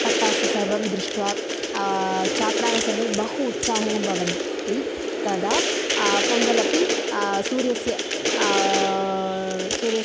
पट्टासं सर्वं दृष्ट्वा छात्राः सर्वे बहु उत्साहेन भवन्ति तदा पोङ्गल् अपि सूर्यस्य सूर्यस्य